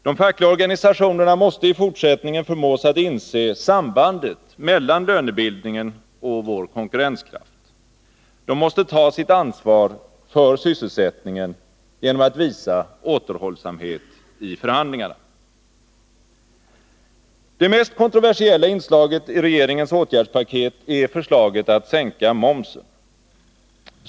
De fackliga organisationerna måste i fortsättningen förmås att inse sambandet mellan lönebildningen och vår konkurrenskraft. De måste ta sitt ansvar för sysselsättningen genom att visa återhållsamhet i förhandlingarna. Det mest kontroversiella inslaget i regeringens åtgärdspaket är förslaget att sänka momsen.